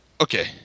Okay